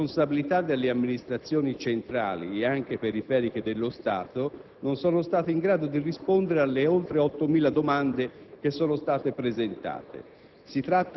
che, per responsabilità delle amministrazioni centrali e anche periferiche dello Stato, non sono state emanate in risposta alle oltre 8.000 domande che sono state presentate.